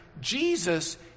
Jesus